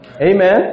Amen